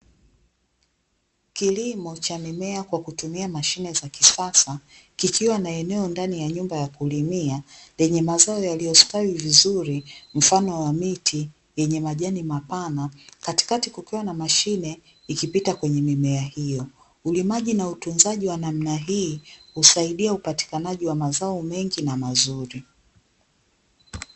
Kilimo cha mimea kwa kutumia mashine za kisasa kikiwa na eneo ndani ya nyumba ya kulimia lenye mazao yaliyostawi vizuri mfano wa miti yenye majani mapana katikati kukiwa na mashine ikipita kwenye mimea hio. Ulimaji na utunzaji wa namna hii husaidia upatikanaji wa mazao mengi na mazuri.